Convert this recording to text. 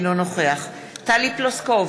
אינו נוכח טלי פלוסקוב,